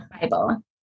Bible